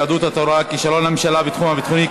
יהדות התורה: כישלון הממשלה בתחום הביטחוני,